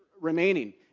remaining